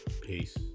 Peace